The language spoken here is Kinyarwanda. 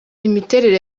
imiterere